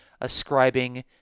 ascribing